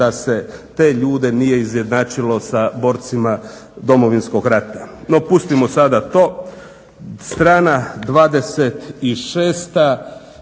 da se te ljude nije izjednačilo sa borcima Domovinskog rata. No pustimo sada to.